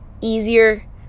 easier